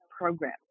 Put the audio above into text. Program